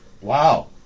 Wow